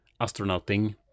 astronauting